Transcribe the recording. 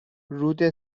رود